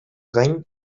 gain